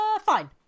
fine